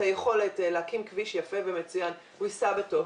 היכולת להקים כביש יפה ומצוין הוא ייסע בטוב,